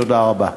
תודה רבה.